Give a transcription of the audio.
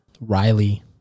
Riley